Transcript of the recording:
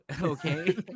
okay